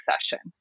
session